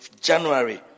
January